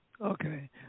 Okay